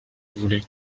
voulez